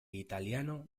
italiano